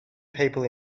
people